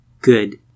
Good